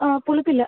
ആ പുളിപ്പില്ല